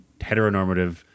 heteronormative